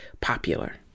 popular